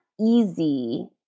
easy